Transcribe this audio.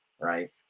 Right